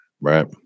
Right